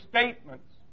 statements